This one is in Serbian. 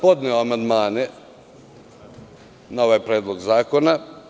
Podneo sam amandmane na ovaj predlog zakona.